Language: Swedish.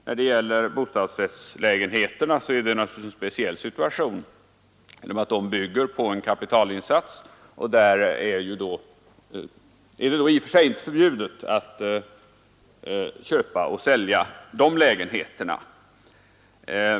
När det gäller bostadsrättslägenheter är det naturligtvis en speciell situation genom att de bygger på en kapitalinsats, och det är i och för sig inte förbjudet att köpa och sälja de lägenheterna.